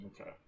Okay